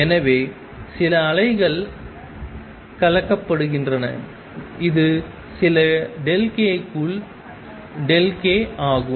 எனவே சில அலைகள் கலக்கப்படுகின்றன இது சில k க்குள் k ஆகும்